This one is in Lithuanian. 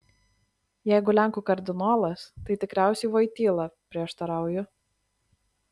jeigu lenkų kardinolas tai tikriausiai voityla prieštarauju